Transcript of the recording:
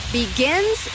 begins